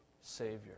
Savior